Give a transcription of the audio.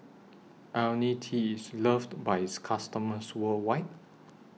Ionil T IS loved By its customers worldwide